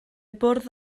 bwrdd